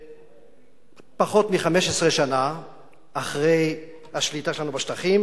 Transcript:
פחות מ-15 שנה אחרי שהחלה השליטה שלנו בשטחים,